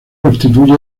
constituye